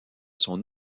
son